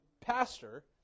pastor